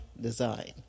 design